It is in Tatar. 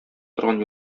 торган